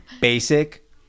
Basic